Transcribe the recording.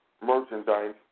merchandise